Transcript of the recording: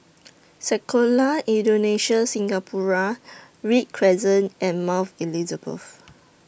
Sekolah Indonesia Singapura Read Crescent and Mount Elizabeth